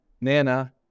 Nana